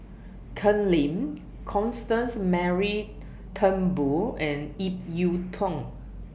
Ken Lim Constance Mary Turnbull and Ip Yiu Tung